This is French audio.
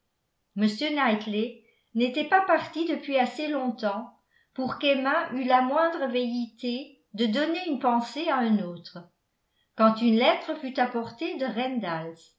m knightley n'était pas parti depuis assez longtemps pour qu'emma eût la moindre velléité de donner une pensée à un autre quand une lettre fut apportée de